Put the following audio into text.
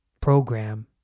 program